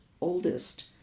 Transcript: oldest